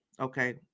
okay